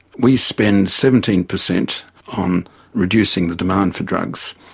we spend seventeen per cent on reducing the demand for drugs,